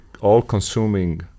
all-consuming